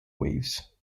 waves